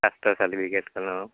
কাষ্টৰ চাৰ্টিফিকেটখন অঁ